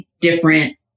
different